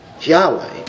Yahweh